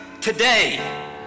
today